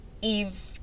Eve